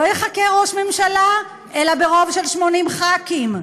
לא ייחקר רוב ממשלה אלא ברוב של 80 ח"כים,